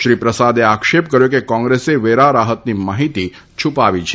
શ્રી પ્રસાદે આક્ષેપ કર્યો કે કોંગ્રેસે વેરા રાહતની માહિતી છુપાવી છે